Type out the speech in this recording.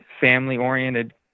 family-oriented